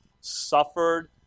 suffered